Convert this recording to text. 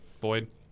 Boyd